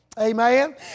amen